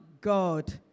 God